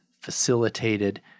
facilitated